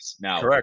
Now